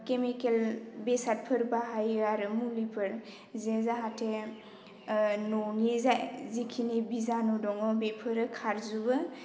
chemical बेसादफोर बाहायो आरो मुलिफोर जे जाहाथे न'नि जेखिनि बिजानु दङ बेफोरो खारजोबो